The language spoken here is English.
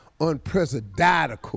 unprecedented